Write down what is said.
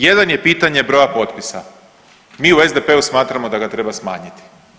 Jedan je pitanje broja potpisa, mi u SDP-u smatramo da ga treba smanjiti.